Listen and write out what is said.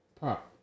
Pop